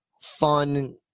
fun